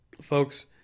Folks